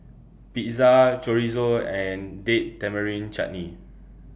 Pizza Chorizo and Date Tamarind Chutney